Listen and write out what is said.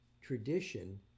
tradition